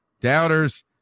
doubters